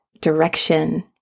direction